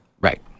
Right